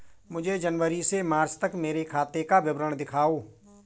मुझे जनवरी से मार्च तक मेरे खाते का विवरण दिखाओ?